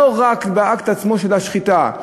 לא רק באקט עצמו של השחיטה,